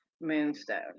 moonstone